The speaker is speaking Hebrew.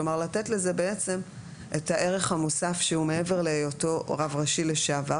כלומר לתת לזה בעצם את הערך המוסף שהוא מעבר להיותו רב ראשי לשעבר,